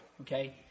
okay